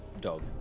Dog